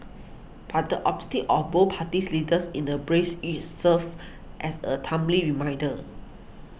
but the optics of both parties leaders in a brace each serves as a timely reminder